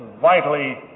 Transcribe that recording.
vitally